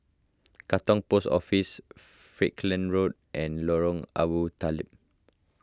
Katong Post Office Falkland Road and Lorong Abu Talib